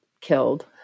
killed